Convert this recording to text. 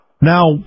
Now